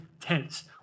tense